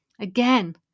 Again